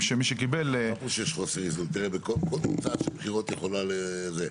כל תוצאה של בחירות יכולה להביא לזה.